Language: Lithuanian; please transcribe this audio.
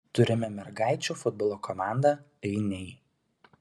turime mergaičių futbolo komandą ainiai